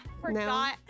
forgot